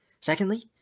Secondly